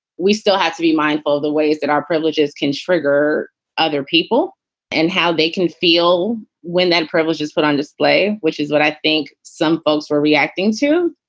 we still have to be mindful of the ways that our privileges can trigger other people and how they can feel when that privilege is put on display, which is what i think some folks were reacting to,